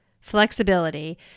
flexibility